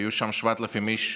היו שם 7,000 איש,